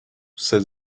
said